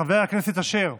חבר הכנסת אשר.